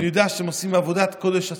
ואני יודע שהם עושים עבודת קודש עצומה,